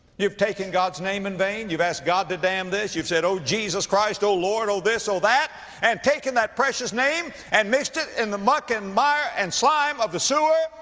you've taken god's name in vain. you've asked god to damn this. you've said, oh, jesus christ oh, lord oh, this oh, that and taken that precious name and mixed it in the muck and mire and slime of the sewer.